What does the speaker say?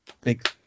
big